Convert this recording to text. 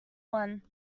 one